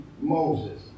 Moses